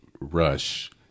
Rush